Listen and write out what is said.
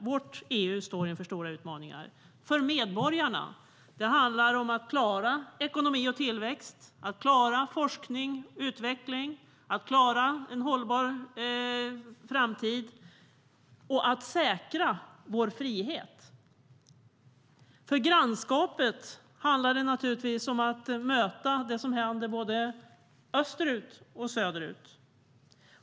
Vårt EU står inför stora utmaningar. För grannskapet handlar det om att möta det som händer både österut och söderut.